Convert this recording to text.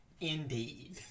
Indeed